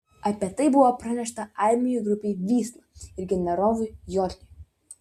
apie tai buvo pranešta armijų grupei vysla ir generolui jodliui